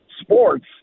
sports